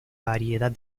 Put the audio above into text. variedad